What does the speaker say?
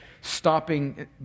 stopping